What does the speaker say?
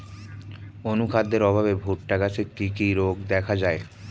অনুখাদ্যের অভাবে ভুট্টা গাছে কি কি রোগ দেখা যায়?